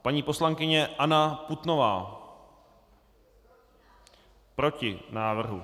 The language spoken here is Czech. Paní poslankyně Anna Putnová: Proti návrhu.